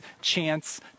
chance